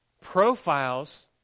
profiles